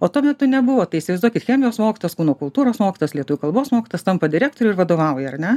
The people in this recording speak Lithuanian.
o tuo metu nebuvo tai įsivaizduokit chemijos mokslas kūno kultūros mokytojas lietuvių kalbos mokytojas tampa direktoriu ir vadovavauja ar ne